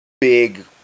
big